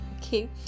okay